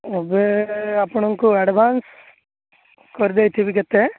ଏବେ ଆପଣଙ୍କୁ ଆଡ଼ଭାନ୍ସ କରି ଦେଇଥିବି କେତେ